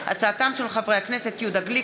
בהצעתם של חברי הכנסת יהודה גליק,